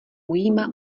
ujímá